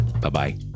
Bye-bye